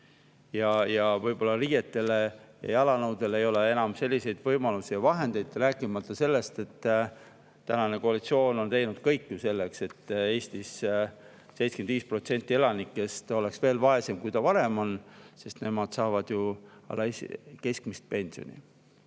Ja võib-olla riiete ja jalanõude [ostmiseks] ei ole enam selliseid võimalusi ja vahendeid, rääkimata sellest, et tänane koalitsioon on teinud kõik selleks, et Eestis 75% elanikest oleks veel vaesemad, kui nad varem olid, sest nemad saavad ju alla keskmist palka.